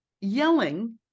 yelling